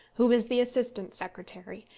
who was the assistant secretary,